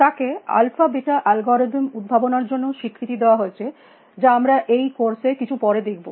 তাকে alpha beta algorithm উদ্বাবনার জন্যেও স্বীকৃতি দেওয়া হয়েছে যা আমরা এই কোর্স এ কিছু পরে দেখব